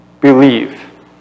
believe